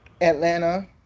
Atlanta